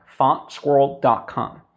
fontsquirrel.com